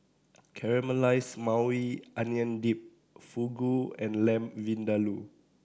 Caramelized Maui Onion Dip Fugu and Lamb Vindaloo